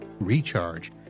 recharge